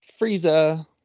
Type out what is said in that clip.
Frieza